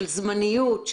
זמניות,